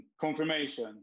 Confirmation